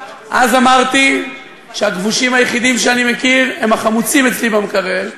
אז אמרתי שהכבושים היחידים שאני מכיר הם החמוצים אצלי במקרר,